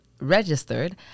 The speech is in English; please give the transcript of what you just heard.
registered